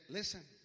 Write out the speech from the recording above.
Listen